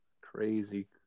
crazy